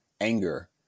anger